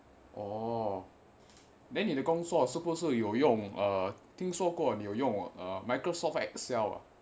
orh then 你的工作是不是有用我听说过你有用 uh microsoft excel ah